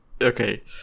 okay